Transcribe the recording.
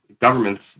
governments